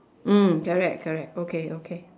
hmm correct correct okay okay